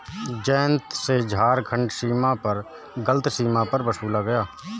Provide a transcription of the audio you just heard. जयंत से झारखंड सीमा पर गलत सीमा कर वसूला गया